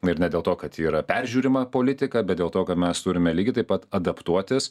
ir ne dėl to kad yra peržiūrima politika bet dėl to kad mes turime lygiai taip pat adaptuotis